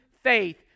faith